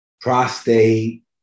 Prostate